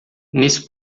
nesse